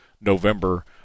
November